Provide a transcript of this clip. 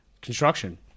construction